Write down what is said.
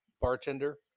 bartender